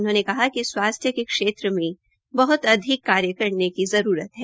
उन्होंने कहा कि स्वास्थ्य के क्षेत्र में बहत अधिक काम करने की जरूरत है